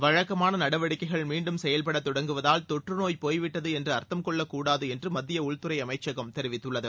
வழக்கமான நடவடிக்கைகள் மீண்டும் செயல்படத் தொடங்குவதூல் தொற்று நோய் போய் விட்டது என்று அர்த்தம் கொள்ளக் கூடாது என்று மத்திய உள்துறை அமைச்சகம் தெரிவித்துள்ளது